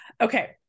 okay